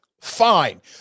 Fine